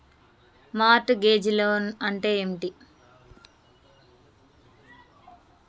Mart gauge loan అంటే ఏమిటి?